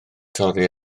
torri